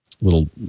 little